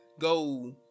go